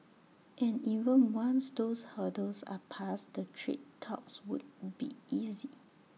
and even once those hurdles are passed the trade talks won't be easy